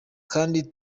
kandi